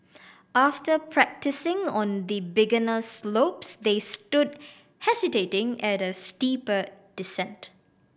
after practising on the beginner slopes they stood hesitating at a steeper descent